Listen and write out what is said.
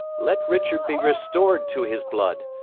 let richard be restored to his blood,